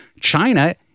China